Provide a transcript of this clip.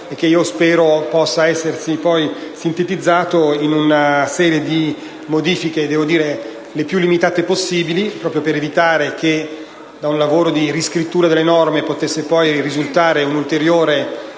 e che spero possa essersi poi sintetizzato in una serie di modifiche, le più limitate possibili, proprio per evitare che da un lavoro di riscrittura delle norme potesse poi risultare un'ulteriore